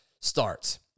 starts